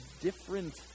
different